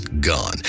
gone